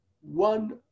one